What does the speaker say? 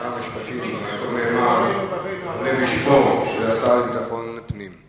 שר המשפטים יעקב נאמן עונה בשמו של השר לביטחון פנים.